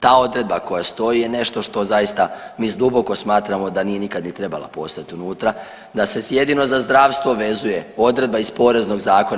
Ta odredba koja stoji je nešto što zaista mi duboko smatramo da nikad nije ni trebala postojat unutra, da se jedino za zdravstvo vezuje odredba iz poreznog zakona.